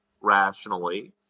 rationally